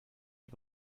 les